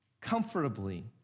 comfortably